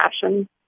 passion